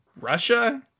Russia